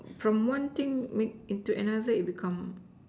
from one thing into another it become